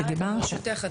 כשדיברנו --- ברשותך,